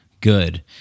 Good